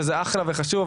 וזה אחלה וחשוב,